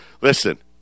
listen